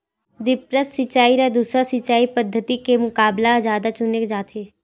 द्रप्स सिंचाई ला दूसर सिंचाई पद्धिति के मुकाबला जादा चुने जाथे